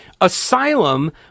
Asylum